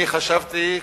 אני חשבתי,